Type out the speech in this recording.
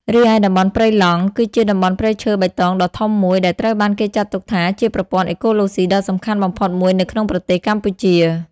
រីឯតំបន់ព្រៃឡង់ គឺជា តំបន់ព្រៃឈើបៃតងដ៏ធំមួយ ដែលត្រូវបានគេចាត់ទុកថាជាប្រព័ន្ធអេកូឡូស៊ីដ៏សំខាន់បំផុតមួយនៅក្នុងប្រទេសកម្ពុជា។